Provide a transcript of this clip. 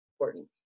important